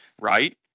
right